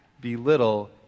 belittle